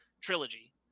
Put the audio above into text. trilogy